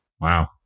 wow